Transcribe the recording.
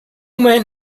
man